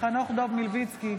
חנוך דב מלביצקי,